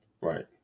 Right